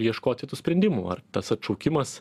ieškoti tų sprendimų ar tas atšaukimas